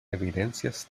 evidencias